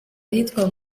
ahitwa